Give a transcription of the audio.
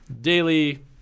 Daily –